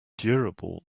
durable